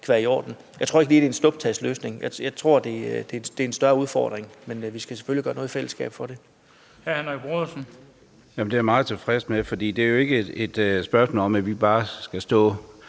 Jeg tror ikke lige, det er en snuptagsløsning. Jeg tror, det er en større udfordring, men vi skal selvfølgelig gøre noget i fællesskab for det.